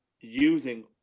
using